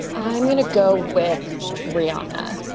i'm going to go with rihanna